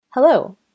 Hello